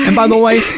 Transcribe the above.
and by the way,